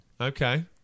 Okay